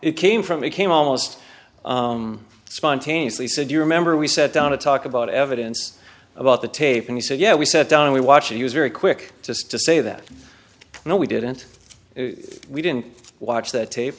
it came from he came almost spontaneously said you remember we sat down to talk about evidence about the tape and he said yeah we sat down and we watch he was very quick just to say that no we didn't we didn't watch the tape